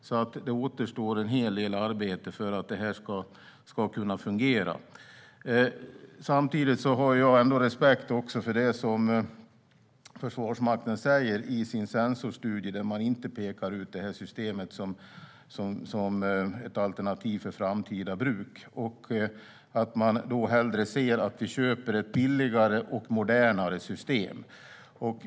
Det återstår alltså en hel del arbete för att det här ska kunna fungera. Jag har respekt för det Försvarsmakten säger i sin sensorstudie, där man inte pekar ut det här systemet som ett alternativ för framtida bruk och att man hellre ser att vi köper ett billigare och modernare system.